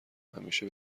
همیشه